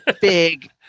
big